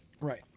Right